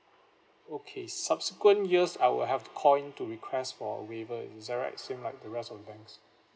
okay subsequent years I will have to call in to request for a waiver is that right seem like the rest of them